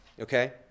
okay